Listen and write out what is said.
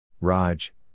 Raj